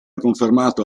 confermato